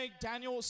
Daniel